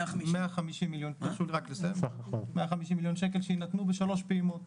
150 מיליון שקלים שיינתנו בשלוש פעימות.